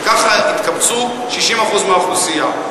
וככה התקבצו 60% מהאוכלוסייה.